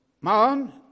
man